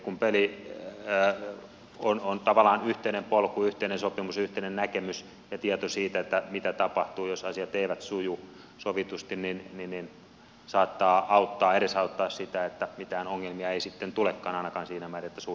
kun on tavallaan yhteinen polku yhteinen sopimus yhteinen näkemys ja tieto siitä mitä tapahtuu jos asiat eivät suju sovitusti niin se saattaa edesauttaa sitä että mitään ongelmia ei sitten tulekaan ainakaan siinä määrin että suhde loppuisi